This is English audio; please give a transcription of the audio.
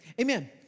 Amen